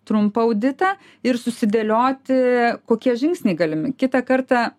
trumpą auditą ir susidėlioti kokie žingsniai galimi kitą kartą